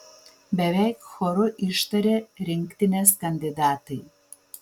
beveik choru ištarė rinktinės kandidatai